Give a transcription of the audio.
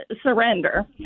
surrender